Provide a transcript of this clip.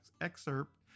excerpt